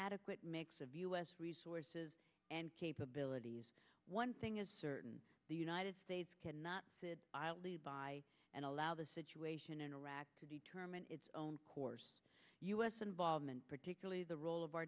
adequate mix of u s resources and capabilities one thing is certain the united states cannot sit by and allow the situation in iraq to determine its own course u s involvement particularly the role of our